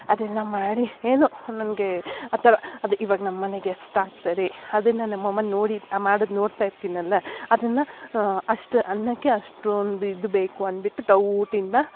ಅದೆಲ್ಲ ಮಾಡಿ ಏನೋ ನನಗೆ ಆ ಥರ ಅದು ಇವಾಗ ನಮ್ಮನೆಗೆ ಎಷ್ಟು ಹಾಕ್ತಾರೆ ಅದನ್ನು ನಮ್ಮಮ್ಮ ನೋಡಿ ಮಾಡೋದು ನೋಡ್ತಾ ಇರ್ತೀನಲ್ಲ ಅದನ್ನು ಅಷ್ಟು ಅನ್ನಕ್ಕೆ ಅಷ್ಟೊಂದು ಇದು ಬೇಕು ಅನ್ಬಿಟ್ಟು ಡೌಟಿಂದ